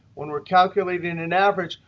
when we're calculating an an average,